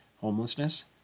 homelessness